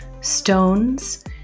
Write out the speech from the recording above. Stones